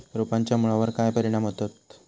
रोपांच्या मुळावर काय परिणाम होतत?